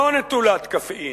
לא נטולת קפאין,